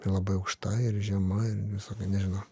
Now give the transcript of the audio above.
ir labai aukšta ir žema ir visokia nežinau